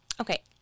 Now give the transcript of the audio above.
Okay